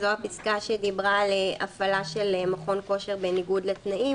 זו הפסקה שדיברה על הפעלה של מכון כושר בניגוד לתנאים.